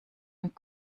und